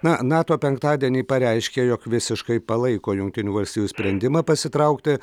na nato penktadienį pareiškė jog visiškai palaiko jungtinių valstijų sprendimą pasitraukti